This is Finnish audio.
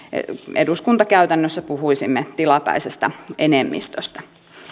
eduskuntakäytännössä puhuisimme tilapäisestä enemmistöstä